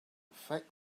affect